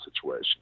situation